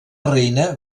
reina